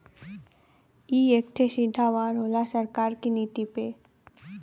ई एक ठे सीधा वार होला सरकार की नीति पे